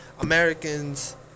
Americans